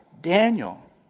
Daniel